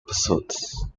pursuits